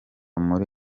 muri